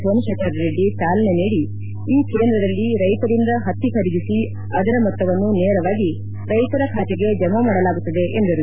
ಸೋಮಶೇಖರ ರೆಡ್ಡಿ ಚಾಲನೆ ನೀಡಿ ಈ ಕೇಂದ್ರದಲ್ಲಿ ರೈತರಿಂದ ಪತ್ತಿ ಖರೀದಿಸಿ ಅದರ ಮೊತ್ತವನ್ನು ನೇರವಾಗಿ ರೈತರ ಖಾತೆಗೆ ಜಮಾ ಮಾಡಲಾಗುತ್ತದೆ ಎಂದರು